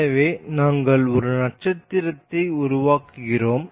எனவே நாங்கள் ஒரே நட்சத்திரத்தை உருவாக்குகிறோம்